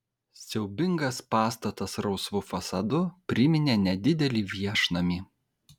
siaubingas pastatas rausvu fasadu priminė nedidelį viešnamį